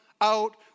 out